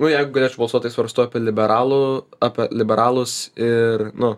nu jei galėčiau balsuot tai svarstau apie liberalų apie liberalus ir nu